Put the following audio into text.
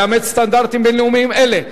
לאמץ סטנדרטים בין-לאומיים אלה,